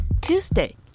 Tuesday